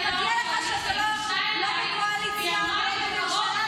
ומגיע לך שאתה לא בקואליציה ולא בממשלה,